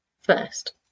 first